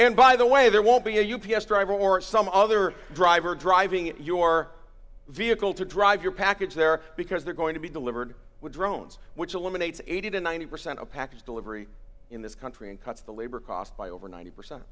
and by the way there won't be a u p s driver or some other driver driving in your vehicle to drive your package there because they're going to be delivered with drones which eliminates eighty to ninety percent of package delivery in this country and cuts the labor cost by over ninety percent